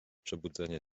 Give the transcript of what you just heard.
przebudzenie